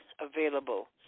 available